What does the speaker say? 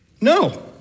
No